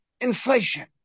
inflation